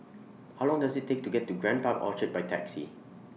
How Long Does IT Take to get to The Grand Park Orchard By Taxi